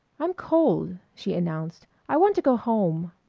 i'm cold, she announced. i want to go home.